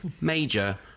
major